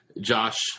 Josh